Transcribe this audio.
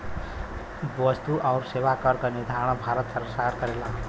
वस्तु आउर सेवा कर क निर्धारण भारत सरकार करेला